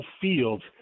Fields